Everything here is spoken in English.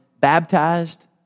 baptized